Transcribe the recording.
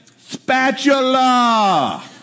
spatula